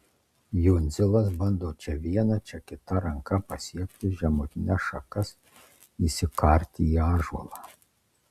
jundzilas bando čia viena čia kita ranka pasiekti žemutines šakas įsikarti į ąžuolą